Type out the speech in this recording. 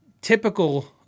typical